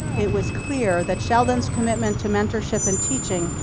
it was clear that sheldon's commitment to mentorship and teaching,